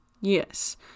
Yes